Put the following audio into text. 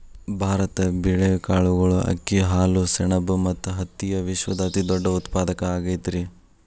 ಭಾರತ ಬೇಳೆ, ಕಾಳುಗಳು, ಅಕ್ಕಿ, ಹಾಲು, ಸೆಣಬ ಮತ್ತ ಹತ್ತಿಯ ವಿಶ್ವದ ಅತಿದೊಡ್ಡ ಉತ್ಪಾದಕ ಆಗೈತರಿ